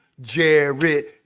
Jared